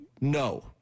no